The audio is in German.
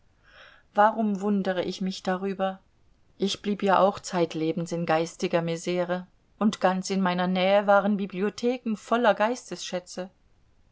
warum wundere ich mich darüber ich blieb ja auch zeitlebens in geistiger misere und ganz in meine nähe waren bibliotheken voller